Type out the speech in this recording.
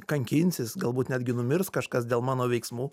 kankinsis galbūt netgi numirs kažkas dėl mano veiksmų